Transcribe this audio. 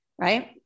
Right